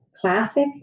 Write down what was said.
classic